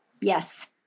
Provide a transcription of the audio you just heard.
Yes